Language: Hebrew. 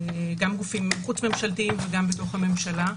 גם גופים חוץ ממשלתיים וגם בתוך הממשלה.